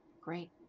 Great